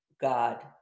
God